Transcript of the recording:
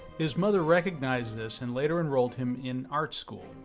his mother recognized this and later enrolled him in art school.